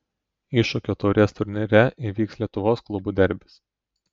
iššūkio taurės turnyre įvyks lietuvos klubų derbis